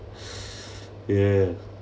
ya